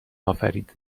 آفرید